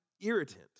irritant